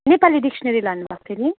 Nepali dictionary लानु भएको थियो नि